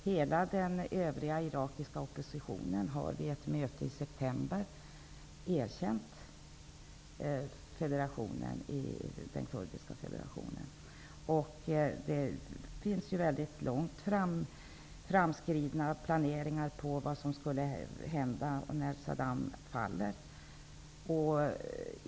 Hela den övriga irakiska oppositionen har vid ett möte i september erkänt den kurdiska federationen, och det finns långt framskridna planer på vad som skall hända när Saddam faller.